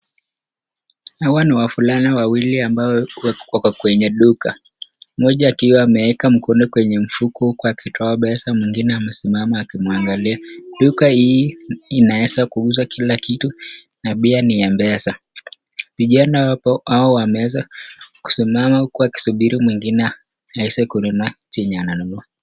Hawa ni wavulani wawili ambao wako kwenye duka. Mmoja akiwa ameeka mkono kwenye mfuko huko akitoa pesa, mwingine amesimana akimwangalia. Duka hii inaeza kuuza kila kitu na pia ni ya m-pesa. Vijana hao wameeza kusimama huku akisubiri mwingine aweze kukunua chenye ananunua.